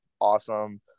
awesome